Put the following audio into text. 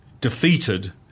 defeated